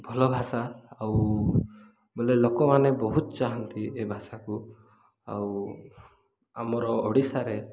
ଭଲ ଭାଷା ଆଉ ବୋଇଲେ ଲୋକମାନେ ବହୁତ ଚାହାନ୍ତି ଏ ଭାଷାକୁ ଆଉ ଆମର ଓଡ଼ିଶାରେ